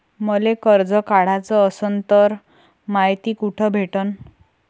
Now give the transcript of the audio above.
मले कर्ज काढाच असनं तर मायती कुठ भेटनं?